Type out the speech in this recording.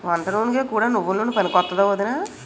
వంటనూనెగా కూడా నువ్వెల నూనె పనికొత్తాదా ఒదినా?